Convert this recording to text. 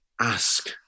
Ask